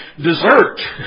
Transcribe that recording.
desert